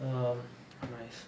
um nice